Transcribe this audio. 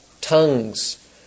tongues